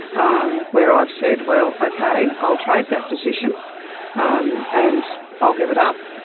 um where i've said, well, ok, i'll trade that position um and i'll give it up